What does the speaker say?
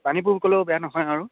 পানীপুৰ ক'লেও বেয়া নহয় আৰু